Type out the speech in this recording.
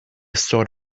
sort